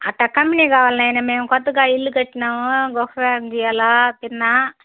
అట్టా కంప్నీ కావాలి నాయినా మేము కొత్తగా ఇల్లు కట్టినామూ గృహ ప్రవేశం చేయాలా కింద